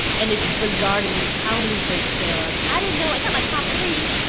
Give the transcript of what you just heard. and it's bizarre to me how many folks still are like, i don't know. i got my top three.